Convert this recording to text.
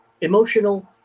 emotional